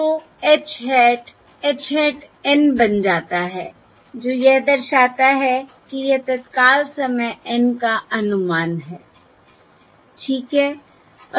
तो h hat h hat N बन जाता है जो यह दर्शाता है कि यह तत्काल समय N का अनुमान है ठीक है